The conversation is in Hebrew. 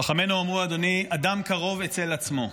חכמינו אמרו, אדוני, "אדם קרוב אצל עצמו".